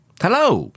Hello